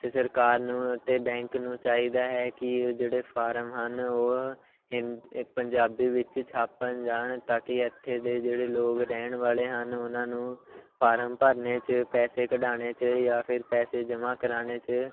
ਅਤੇ ਸਰਕਾਰ ਨੂੰ ਅਤੇ ਬੈਂਕ ਨੂੰ ਚਾਹੀਦਾ ਹੈ ਕਿ ਉਹ ਜਿਹੜੇ ਫਾਰਮ ਹਨ ਉਹ ਹਿੰ ਪੰਜਾਬੀ ਵਿੱਚ ਛਾਪਣ ਜਾਣ ਤਾਂ ਕਿ ਇੱਥੇ ਦੇ ਜਿਹੜੇ ਲੋਕ ਰਹਿਣ ਵਾਲੇ ਹਨ ਉਹਨਾਂ ਨੂੰ ਫਾਰਮ ਭਰਨੇ 'ਚ ਪੈਸੇ ਕਢਾਉਣੇ 'ਚ ਜਾਂ ਫਿਰ ਪੈਸੇ ਜਮ੍ਹਾਂ ਕਰਾਉਣੇ 'ਚ